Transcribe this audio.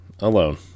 alone